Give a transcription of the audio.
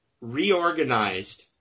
reorganized